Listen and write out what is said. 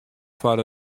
foar